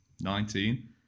Nineteen